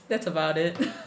that's about it